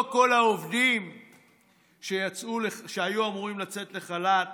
לא כל העובדים שהיו אמורים לצאת לחל"ת